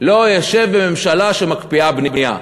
לא ישב בממשלה שמקפיאה בנייה.